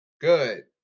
Good